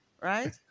Right